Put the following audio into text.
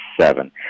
seven